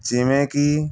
ਜਿਵੇਂ ਕਿ